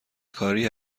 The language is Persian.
کاری